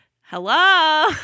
Hello